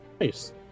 Nice